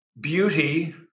beauty